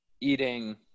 eating